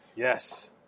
Yes